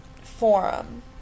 forum